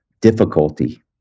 difficulty